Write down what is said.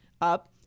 up